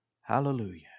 Hallelujah